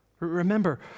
Remember